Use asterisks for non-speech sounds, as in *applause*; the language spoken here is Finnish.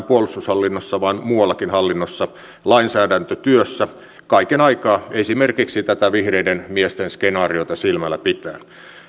*unintelligible* puolustushallinnossa vaan muuallakin hallinnossa ja lainsäädäntötyössä kaiken aikaa esimerkiksi tätä vihreiden miesten skenaariota silmällä pitäen